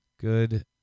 Good